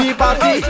party